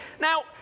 now